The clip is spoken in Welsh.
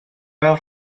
fel